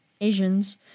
Asians